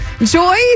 Joy